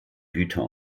güter